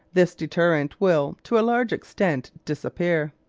this deterrent will, to a large extent, disappear.